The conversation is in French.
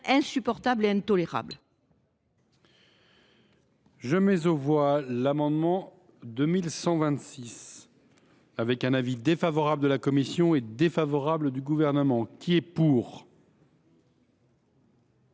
insupportable et intolérable.